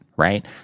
Right